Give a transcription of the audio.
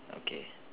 okay